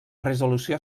resolució